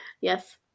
yes